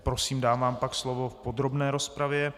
Prosím, dám vám pak slovo v podrobné rozpravě.